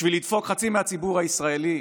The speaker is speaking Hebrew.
בשביל לדפוק חצי מהציבור הישראלי,